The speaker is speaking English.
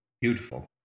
beautiful